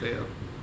对 lor